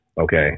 Okay